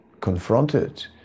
confronted